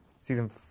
season